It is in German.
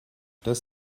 das